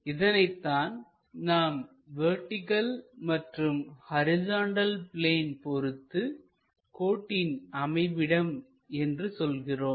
இதனைத்தான் நாம் வெர்டிகள் மற்றும் horizontal plane பொருத்து கோட்டின் அமைவிடம் என்று சொல்கிறோம்